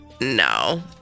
no